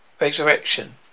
resurrection